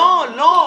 לא.